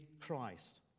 Christ